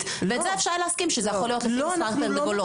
ואת זה אפשר להסכים שזה יכול להיות לפי מספר תרנגולות.